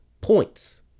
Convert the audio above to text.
points